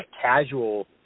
casual